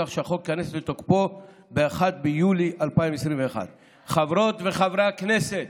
כך שהחוק ייכנס לתוקף ב-1 ביולי 2021. חברות וחברי הכנסת,